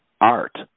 Art